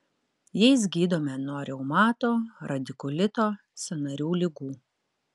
jais gydome nuo reumato radikulito sąnarių ligų